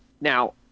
now